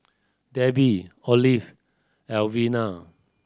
Debi Olive Alvena